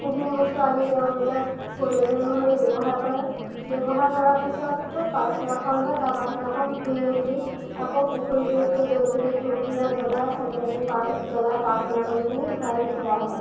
সেইখিনি বস্তু আনি তেওঁলোকে প্ৰয়োজন অনুসৰি ব্য়ৱহাৰ কৰে ব্য়ৱহাৰ কৰাৰ পিছত পাছদিনাখন বা তাৰ পাছদিনাখন ধুই মেলি আকৌ পুখুৰীটোত গৈপিনি ধূপ ধূনা জ্বলাই চাকি তাকি জ্বলাই প্ৰাৰ্থনা কৰিপিনি ঘূৰাই দি থৈ আহে